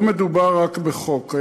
לא מדובר רק בחוק.